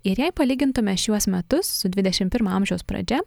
ir jei palygintume šiuos metus su dvidešim pirmo amžiaus pradžia